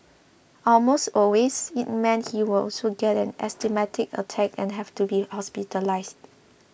almost always it meant he would also get an asthmatic attack and have to be hospitalised